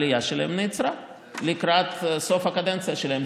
העלייה שלהם נעצרה לקראת סוף הקדנציה שלהם,